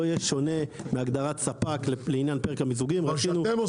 לא יהיה שונה מהגדרת ספק לעניין פרק המיזוגים.